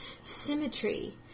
symmetry